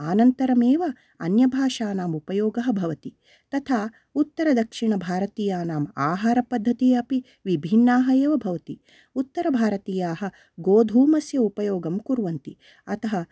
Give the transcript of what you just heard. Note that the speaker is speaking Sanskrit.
आनन्तरम् एव अन्य भाषानाम् उपयोगः भवति तथा उत्तरदक्षिण भारतीयानाम् आहारपद्धति अपि विभिन्नाः एव भवति उत्तरभारतीयाः गोधूमस्य उपयोगं कुर्वन्ति अतः